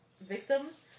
victims